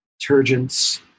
detergents